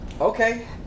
Okay